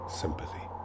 sympathy